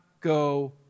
go